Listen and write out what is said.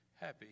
happy